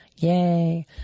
yay